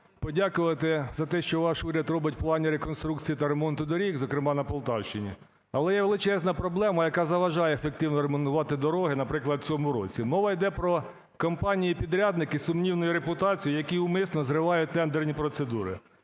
за те, що ваш уряд робить в плані реконструкції та ремонту доріг, зокрема, на Полтавщині. Але є величезна проблема, яка заважає ефективно ремонтувати, наприклад, в цьому році. Мова йде про компанії-підрядники сумнівної репутації, які умисно зривають тендерні процедури.